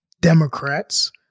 Democrats